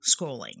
scrolling